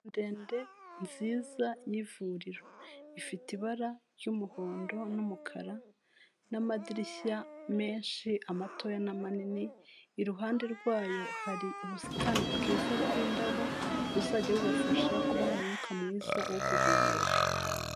Inzu ndende nziza y'ivuriro ifite ibara ry'umuhondo n'umukara n'amadirishya menshi, amatoya na manini. Iruhande rwayo hari ubusitani bwiza bw'indabo, buzajya bubafasha kubaha umwuka mwiza wo guhumeka.